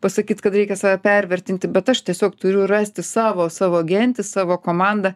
pasakyt kad reikia save pervertinti bet aš tiesiog turiu rasti savo savo gentį savo komandą